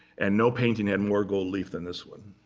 and no painting had more gold leaf than this one.